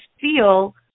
feel